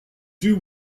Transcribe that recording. doo